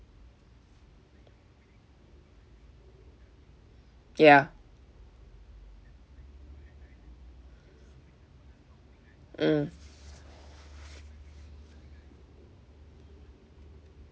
ya mm